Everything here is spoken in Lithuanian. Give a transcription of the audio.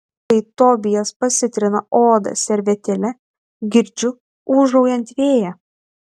kai tobijas pasitrina odą servetėle girdžiu ūžaujant vėją